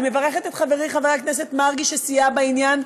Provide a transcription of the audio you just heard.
אני מברכת את חברי חבר הכנסת מרגי, שסייע בעניין.